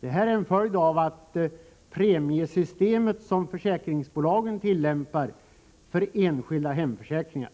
Det är en följd av det premiesystem som försäkringsbolagen tillämpar för enskilda hemförsäkringar.